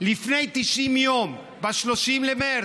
לפני 90 יום, ב-30 במרס,